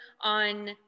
on